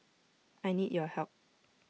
I need your help